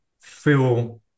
feel